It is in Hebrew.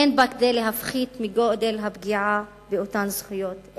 אין בו כדי להפחית מגודל הפגיעה באותן זכויות,